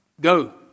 Go